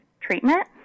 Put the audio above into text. treatment